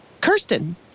Kirsten